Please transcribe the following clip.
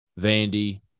Vandy